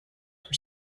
were